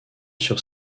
sur